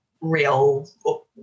real